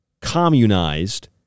communized